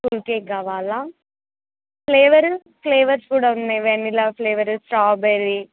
cool cake కావాలా flavours flavours కూడా ఉన్నాయి వెన్నలా ఫ్లేవర్ స్ట్రాబెరీ